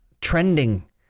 trending